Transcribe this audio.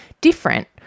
different